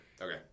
Okay